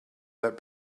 that